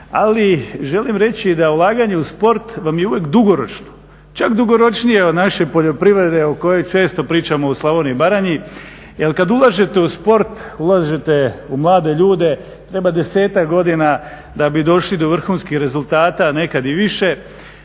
Ali želim reći da ulaganje u sport vam je uvijek dugoročno, čak dugoročnije od naše poljoprivrede o kojoj često pričamo u Slavoniji i Baranji jer kad ulažete u sport ulažete u mlade ljude. Treba 10-ak godina da bi došli do vrhunskih rezultata, nekad i više,